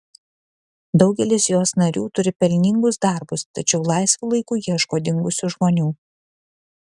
daugelis jos narių turi pelningus darbus tačiau laisvu laiku ieško dingusių žmonių